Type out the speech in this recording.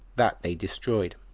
that they destroyed.